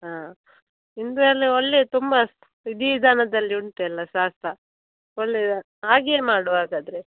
ಹಾಂ ಹಿಂದೂ ಅಲ್ಲಿ ಒಳ್ಳೆಯ ತುಂಬಾ ವಿಧಿ ವಿಧಾನದಲ್ಲಿ ಉಂಟು ಎಲ್ಲ ಶಾಸ್ತ್ರ ಒಳ್ಳೆಯ ಹಾಗೆಯೇ ಮಾಡುವ ಹಾಗಾದ್ರೆ